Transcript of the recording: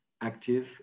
active